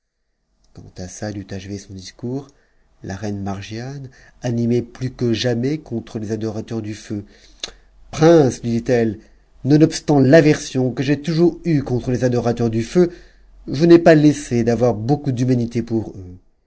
quand assad eut achevé son discours la reine margiane animée ptus oueja'nais contre les adorateurs du feu prince lui dit-elle nonobstant j'aversion que j'ai toujours eue contre les adorateurs du feu je n'ai pas laissé d'avoir beaucoup d'humanité pour eux